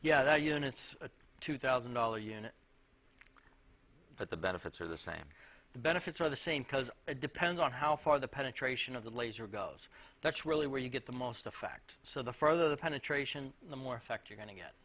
yeah you know it's a two thousand dollar unit but the benefits are the same the benefits are the same because it depends on how far the penetration of the laser goes that's really where you get the most effect so the further the penetration the more effect you're going to get